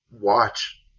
watch